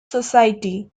society